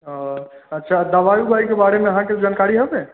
अऽ अच्छा दबाइ उबाइ के बारे मे अहाँके जानकारी हबे